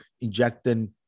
injecting